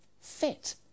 fit